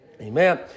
Amen